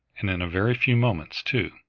and in a very few moments, too.